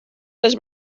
les